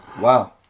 Wow